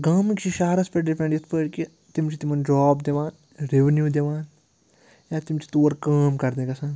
گامٕکۍ چھِ شَہرَس پٮ۪ٹھ ڈِپٮ۪نٛڈ یِتھ پٲٹھۍ کہِ تِم چھِ تِمَن جاب دِوان ریٚوِنِو دِوان یا تِم چھِ تور کٲم کَرنہِ گَژھان